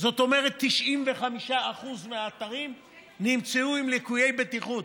זאת אומרת, ב-95% מהאתרים נמצאו ליקויי בטיחות.